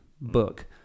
book